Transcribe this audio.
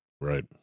Right